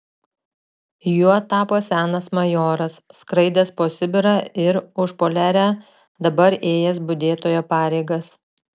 juo tapo senas majoras skraidęs po sibirą ir užpoliarę dabar ėjęs budėtojo pareigas